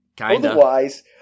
Otherwise